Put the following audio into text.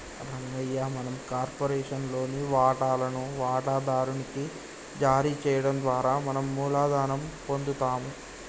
రంగయ్య మనం కార్పొరేషన్ లోని వాటాలను వాటాదారు నికి జారీ చేయడం ద్వారా మనం మూలధనం పొందుతాము